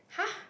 !huh!